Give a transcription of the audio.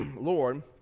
Lord